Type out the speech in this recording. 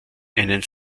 einen